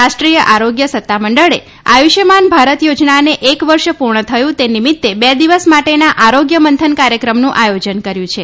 રાષ્ટ્રીય આરોગ્ય સત્તામંડળે આયુષ્માન ભારત થોજનાને એક વર્ષ પુર્ણ થયું તે નીમીત્તે બે દિવસ માટેના આરોગ્ય મંથન કાર્યક્રમનું આયોજન કર્યુ છે